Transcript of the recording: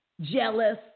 jealous